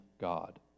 God